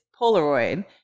Polaroid